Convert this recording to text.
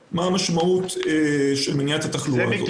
לשאלה מה המשמעות של מניעת התחלואה הזאת.